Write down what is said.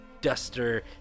duster